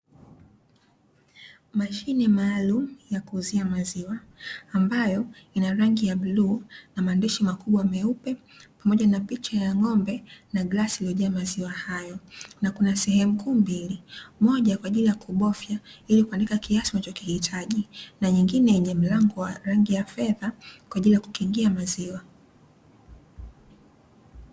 Mashine maalumu ya kuuzia maziwa, ambayo ina rangi ya bluu na maandishi makubwa meupe, pamoja na picha ya ng'ombe na glasi iliyojaa maziwa hayo. Na kuna sehemu kuu mbili. Moja kwa ajili ya kubofya ili kuandika kiasi unachokihitaji, na nyingine yenye mlango wa rangi ya fedha, kwa ajili ya kukingia maziwa.